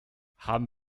haben